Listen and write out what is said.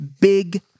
big